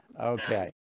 Okay